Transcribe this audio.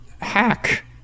hack